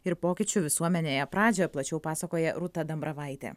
ir pokyčių visuomenėje pradžią plačiau pasakoja rūta dambravaitė